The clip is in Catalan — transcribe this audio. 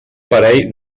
parell